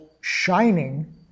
shining